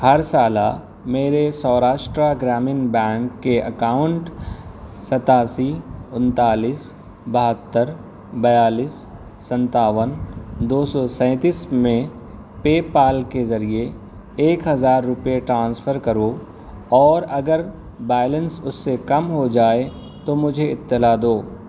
ہرسالہ میرے سوراشٹرا گرامین بینک كے اكاؤنٹ ستاسی انتالیس بہتر بیالیس سنتاون دو سو سینتیس میں پے پال کے ذریعے ایک ہزار روپے ٹرانسفر کرو اور اگر بیلنس اس سے کم ہو جائے تو مجھے اطلاع دو